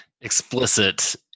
explicit